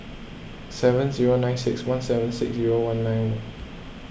seven zero nine six one seven six zero one nine